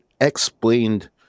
explained